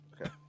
okay